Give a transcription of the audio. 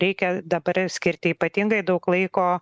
reikia dabar ir skirti ypatingai daug laiko